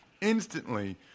instantly